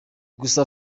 gusa